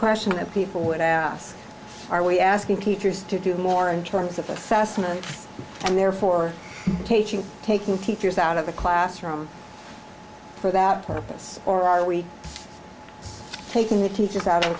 question that people would ask are we asking teachers to do more in terms of assessment and therefore teaching taking teachers out of the classroom for that purpose or are we taking the teachers out